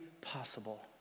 possible